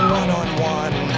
one-on-one